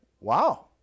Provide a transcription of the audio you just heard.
Wow